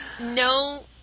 No